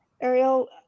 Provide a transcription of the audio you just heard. Ariel